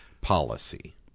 policy